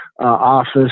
office